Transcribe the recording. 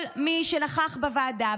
כל מי שנכח בוועדה.